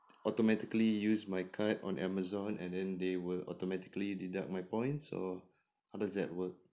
automatically use my card on amazon and then they will automatically deduct my points or how does that work